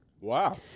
Wow